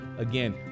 Again